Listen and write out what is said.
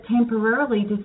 temporarily